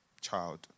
child